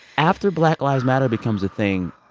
after black lives matter becomes a thing,